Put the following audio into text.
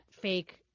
fake